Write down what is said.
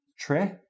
tre